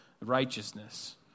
righteousness